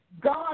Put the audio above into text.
God